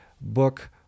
book